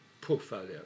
portfolio